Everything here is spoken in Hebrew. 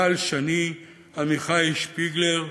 גל שני, עמיחי שפיגלר,